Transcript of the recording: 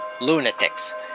lunatics